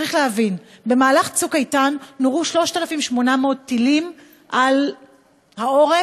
צריך להבין: במהלך "צוק איתן" נורו 3,800 טילים על העורף,